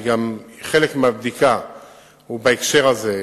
חלק מהבדיקה הוא בהקשר הזה,